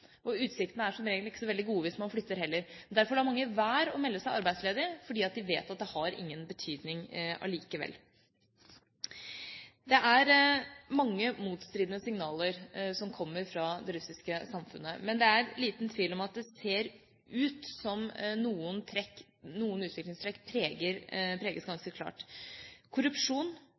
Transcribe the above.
og utsiktene er som regel ikke så veldig gode hvis man flytter heller. Derfor lar mange være å melde seg arbeidsledig, fordi de vet at det har ingen betydning allikevel. Det er mange motstridende signaler som kommer fra det russiske samfunnet, men det er liten tvil om at det ser ut som om noen utviklingstrekk preger det ganske klart, som korrupsjon